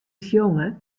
sjonge